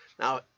Now